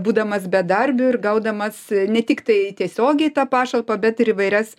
būdamas bedarbiu ir gaudamas ne tik tai tiesiogiai tą pašalpą bet ir įvairias